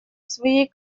своей